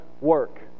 work